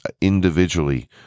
individually